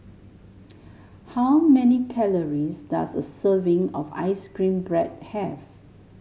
how many calories does a serving of ice cream bread have